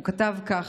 הוא כתב כך: